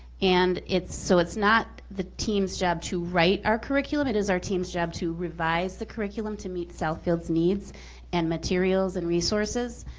and so it's not the team's job to write our curriculum. it is our team's job to revise the curriculum to meet southfield's needs and materials and resources,